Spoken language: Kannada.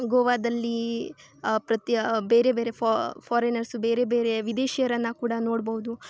ಗೋವಾದಲ್ಲಿ ಪ್ರತಿ ಬೇರೆ ಬೇರೆ ಫಾರಿನರ್ಸು ಬೇರೆ ಬೇರೆ ವಿದೇಶಿಯರನ್ನು ಕೂಡ ನೋಡ್ಬೋದು